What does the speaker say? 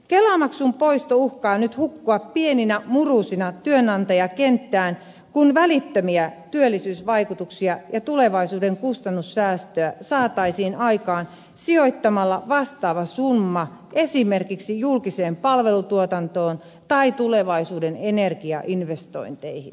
kelamaksun poisto uhkaa nyt hukkua pieninä murusina työnantajakenttään kun välittömiä työllisyysvaikutuksia ja tulevaisuuden kustannussäästöä saataisiin aikaan sijoittamalla vastaava summa esimerkiksi julkiseen palvelutuotantoon tai tulevaisuuden energia investointeihin